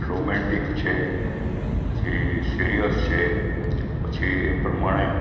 romantic છે પછી serious છે પછી એ પ્રમાણે